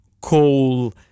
coal